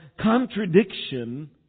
contradiction